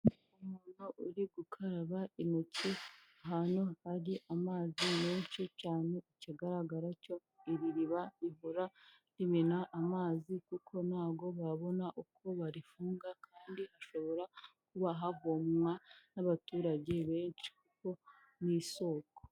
Umuntu uri gukaraba intoki ahantu hari amazi menshi cyane, ikigaragara cyo iri riba rihora rimena amazi kuko ntago babona uko barifunga kandi hashobora kuba havomwa n'abaturage benshi kuko ni isoko.